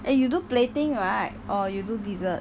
you do plating right or you do dessert